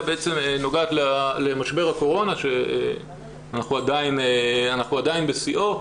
נוגעת למשבר הקורונה שאנחנו עדיין בשיאו,